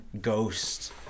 Ghosts